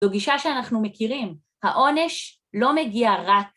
זו גישה שאנחנו מכירים, העונש לא מגיע רק